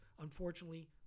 Unfortunately